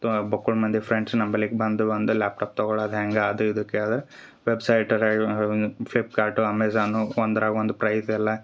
ತೊ ಬೊಕ್ಕುಳ್ ಮಂದಿ ಫ್ರೆಂಡ್ಸ್ ನಂಬಲಿಕ್ಕೆ ಬಂದ್ವು ಅಂದ್ರ ಲ್ಯಾಪ್ಟಾಪ್ ತಗೊಳದು ಹೆಂಗೆ ಅದು ಇದು ಕೇಳಿದಾರೆ ವೆಬ್ಸೈಟರ ಇವು ಫ್ಲಿಪ್ಕಾರ್ಟು ಅಮೇಝಾನು ಒಂದ್ರಾಗ ಒಂದು ಪ್ರೈಸ್ ಎಲ್ಲ